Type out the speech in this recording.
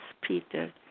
Peter